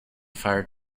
fire